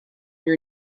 your